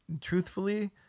truthfully